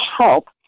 help